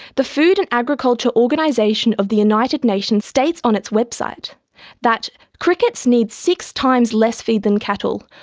the food and agriculture organisation of the united nations states on its website that crickets need six times less feed than cattle,